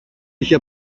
είχε